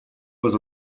was